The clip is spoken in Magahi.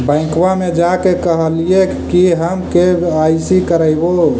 बैंकवा मे जा के कहलिऐ कि हम के.वाई.सी करईवो?